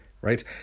right